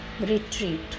retreat